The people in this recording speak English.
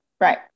right